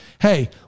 hey